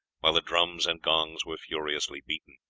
while the drums and gongs were furiously beaten.